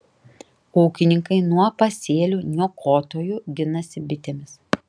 ūkininkai nuo pasėlių niokotojų ginasi bitėmis